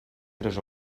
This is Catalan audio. tres